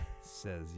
says